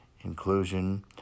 inclusion